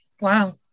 wow